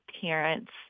parents